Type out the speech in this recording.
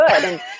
good